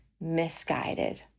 misguided